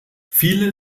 viele